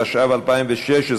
התשע"ו 2016,